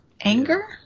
anger